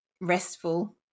restful